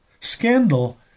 Scandal